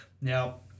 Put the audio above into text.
Now